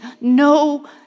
no